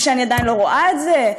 ושאני עדין לא רואה את זה,